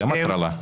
אתם הטרלה.